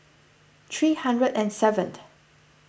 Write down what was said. three hundred and seventh